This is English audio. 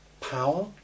power